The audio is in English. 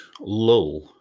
lull